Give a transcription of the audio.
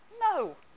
No